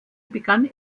begann